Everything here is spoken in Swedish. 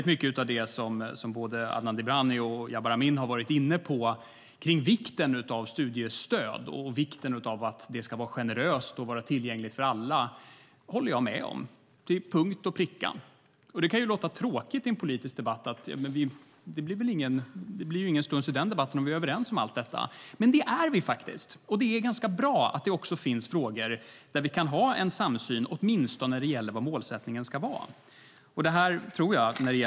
Mycket av det som både Adnan Dibrani och Jabar Amin har varit inne på om vikten av studiestöd, att det ska vara generöst och tillgängligt för alla, håller jag med om - till punkt och pricka. Det kan låta tråkigt i en politisk debatt. Det blir ingen stuns i debatten om vi är överens i allt. Men det är vi faktiskt! Det är bra att det också finns frågor där vi kan ha en samsyn, åtminstone om målen.